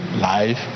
life